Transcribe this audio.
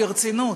ברצינות.